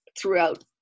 throughout